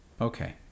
Okay